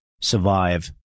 survive